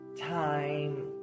time